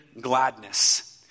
gladness